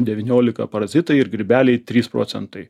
devyniolika parazitai ir grybeliai trys procentai